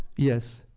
yes?